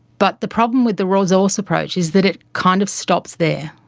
but the problem with the resource approach is that it kind of stops there.